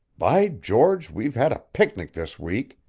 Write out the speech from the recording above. by george, we've had a picnic this week!